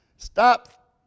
Stop